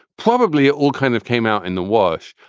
probably all kind of came out in the wash.